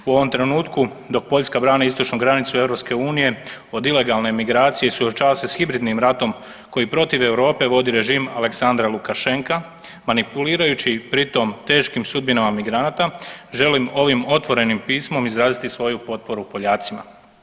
U ovom trenutku dok Poljska brani istočnu granicu EU od ilegalne migracije i suočava se s hibridnim ratom koji protiv Europe vodi režim Aleksandra Lukašenka manipulirajući pri tom teškim sudbinama želim ovim otvorenim pismom izraziti svoju potporu Poljacima.